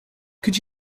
could